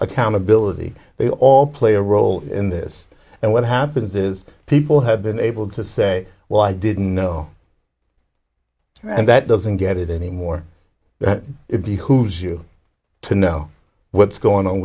accountability they all play a role in this and what happens is people have been able to say well i didn't know and that doesn't get it anymore it behooves you to know what's going on